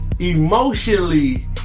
emotionally